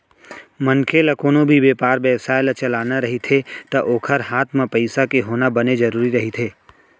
मनखे ल कोनो भी बेपार बेवसाय ल चलाना रहिथे ता ओखर हात म पइसा के होना बने जरुरी रहिथे